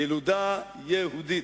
ילודה יהודית.